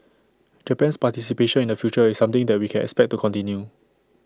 Japan's participation in the future is something that we can expect to continue